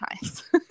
times